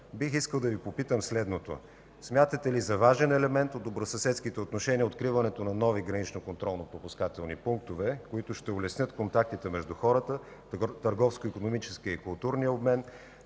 бих искал да Ви попитам следното: смятате ли за важен елемент от добросъседските отношения откриването на нови гранични контролно-пропускателни пунктове, които ще улеснят контактите между хората в търговско-икономическия и културния обмен,